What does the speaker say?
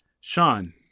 Sean